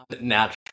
natural